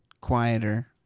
quieter